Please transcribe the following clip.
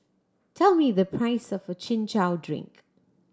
tell me the price of Chin Chow drink